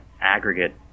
aggregate